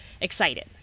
excited